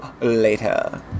later